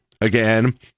again